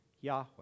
Yahweh